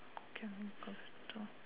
can we close the door